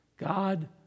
God